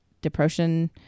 depression